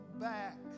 back